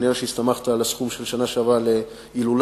כנראה שהסתמכת על הסכום של השנה שעברה להילולה.